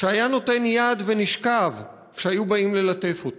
שהיה נותן יד ונשכב כשהיו באים ללטף אותו,